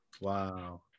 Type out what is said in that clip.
wow